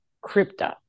crypto